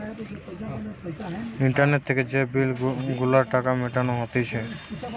internet থেকে যে bill গুলার টাকা মিটানো হতিছে